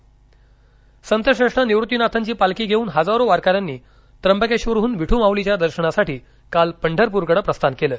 निवत्तीनाथ पालखी संतश्रेष्ठ निवृत्तिनाथांची पालखी घेऊन हजारो वारकऱ्यांनी त्र्यंबकेश्वरहून विठू माउलीच्या दर्शनासाठी काल पंढरपूरकडे प्रस्थान केले